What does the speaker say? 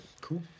Cool